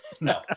no